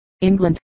England